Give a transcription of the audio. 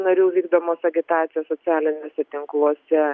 narių vykdomos agitacijos socialiniuose tinkluose